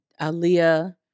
Aaliyah